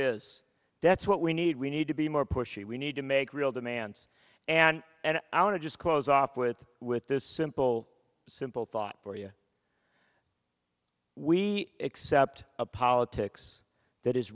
is that's what we need we need to be more pushy we need to make real demands and and i want to just close off with with this simple simple thought for you we accept a politics that is